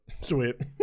Sweet